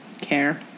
care